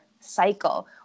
cycle